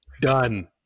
done